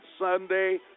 Sunday